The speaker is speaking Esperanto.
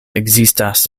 ekzistas